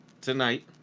tonight